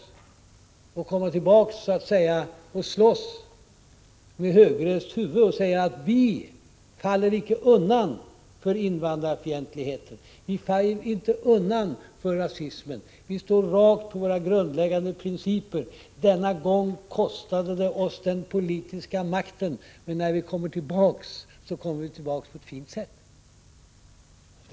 De skall komma tillbaka och slåss med högrest huvud och säga: Vi faller icke undan för invandrarfientligheten, vi faller icke undan för rasismen, vi står raka när det gäller våra grundläggande principer. Denna gång kostade det oss den politiska makten, men när vi kommer tillbaka gör vi det på ett fint sätt.